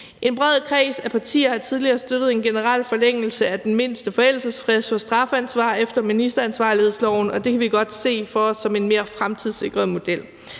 En bred kreds af partier har tidligere støttet en generel forlængelse af den mindste forældelsesfrist for strafansvar efter ministeransvarlighedsloven, og det kan vi godt se for os som en mere fremtidssikret model.